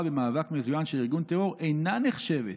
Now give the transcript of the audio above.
במאבק מזוין של ארגון טרור אינה נחשבת